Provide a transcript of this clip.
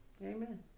Amen